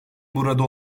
burada